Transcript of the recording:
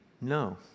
No